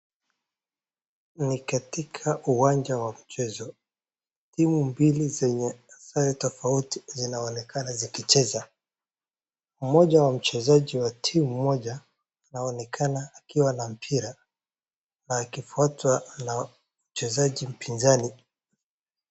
Ni katika uwanja wa mchezo timu mbili zenye sare tofauti zionaonekana zikicheza, mmoja wa mchezaji wa timu moja anaonekana akiwa na mpira na akifutwa na mchezaji mpizani.